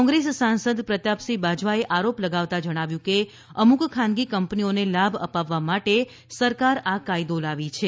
કોંગ્રેસ સાંસદ પ્રતાપસિંહ બાજવાએ આરોપ લગાવતા જણાવ્યું કે અમુક ખાનગી કંપનીઓને લાભ અપાવવા માટે સરકાર આ કાયદો લાવી છે